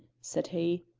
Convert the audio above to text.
said he.